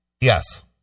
Yes